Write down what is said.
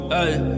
ayy